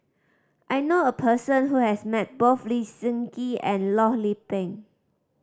I know a person who has met both Lee Seng Gee and Loh Lik Peng